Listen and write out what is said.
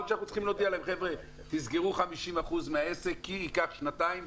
יכול להיות שצריך להודיע להם: תסגרו 50% מהעסק כי ייקח שנתיים,